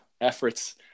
efforts